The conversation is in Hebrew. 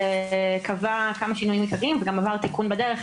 קבע שינויים עיקריים וגם עבר תיקון בדרך.